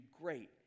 great